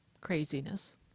craziness